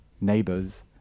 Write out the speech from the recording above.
neighbors